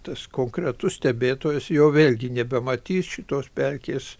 tas konkretus stebėtojas jo vėlgi nebematys šitos pelkės